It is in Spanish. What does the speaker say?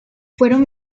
fueron